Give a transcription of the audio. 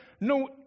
no